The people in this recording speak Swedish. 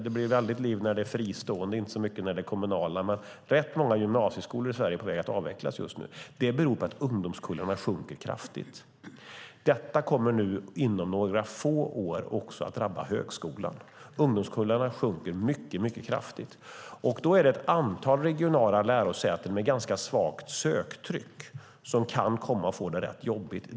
Det blir ett väldigt liv när det gäller fristående skolor men inte så mycket när det gäller kommunala skolor. Rätt många gymnasieskolor i Sverige är på väg att avvecklas just nu. Det beror på att ungdomskullarnas storlek sjunker kraftigt. Inom några få år kommer detta också att drabba högskolan. Ungdomskullarnas storlek sjunker mycket kraftigt, och då kan ett antal regionala lärosäten med ganska svagt söktryck få det rätt jobbigt.